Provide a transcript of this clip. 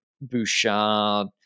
Bouchard